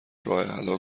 راهحلها